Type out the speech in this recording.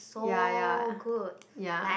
ya ya ya